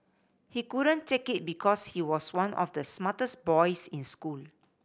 he couldn't take it because he was one of the smartest boys in school